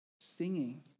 Singing